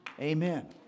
amen